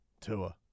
Tua